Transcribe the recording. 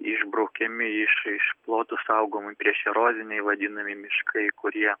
išbraukiami iš iš plotų saugomi priešeroziniai vadinami miškai kurie